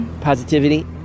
positivity